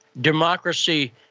democracy